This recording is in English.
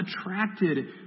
attracted